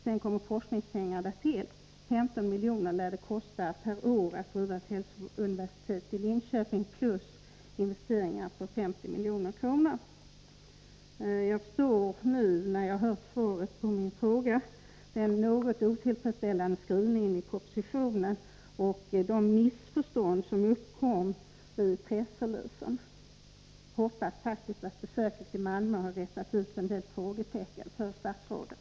Därtill kommer forskningspengarna — det lär kosta 15 miljoner per år att bedriva ett hälsouniversitet i Linköping -— plus investeringar på 50 milj.kr. Jag förstår nu när jag hört svaret på min fråga den något otillfredsställande skrivningen i propositionen och de missförstånd som uppstod i samband med pressreleasen. Jag hoppas faktiskt att besöket i Malmö har rätat ut en del frågetecken för statsrådet.